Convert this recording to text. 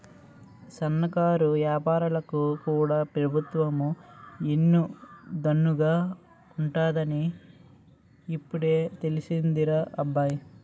సన్నకారు ఏపారాలకు కూడా పెబుత్వం ఎన్ను దన్నుగా ఉంటాదని ఇప్పుడే తెలిసిందిరా అబ్బాయి